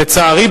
לצערי,